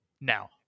Now